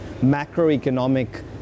macroeconomic